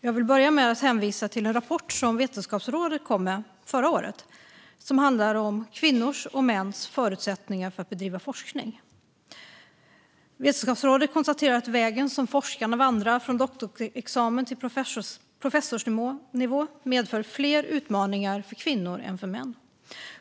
Jag vill börja med att hänvisa till en rapport från Vetenskapsrådet som kom förra året och som handlar om kvinnors och mäns förutsättningar att bedriva forskning. Vetenskapsrådet konstaterar att vägen som forskarna vandrar från doktorsexamen till professorsnivå medför fler utmaningar för kvinnor än för män.